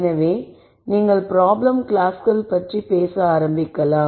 எனவே நீங்கள் ப்ராப்ளம் கிளாஸ்கள் பற்றி பேச ஆரம்பிக்கலாம்